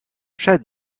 przed